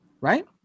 right